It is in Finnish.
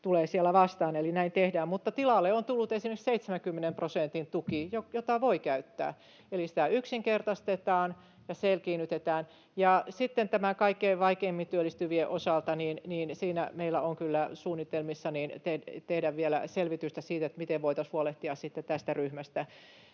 mutta tilalle on tullut esimerkiksi 70 prosentin tuki, jota voi käyttää. Eli sitä yksinkertaistetaan ja selkiinnytetään. Ja sitten kaikkein vaikeimmin työllistyvien osalta meillä on kyllä suunnitelmissa tehdä vielä selvitystä siitä, miten voitaisiin huolehtia tästä ryhmästä.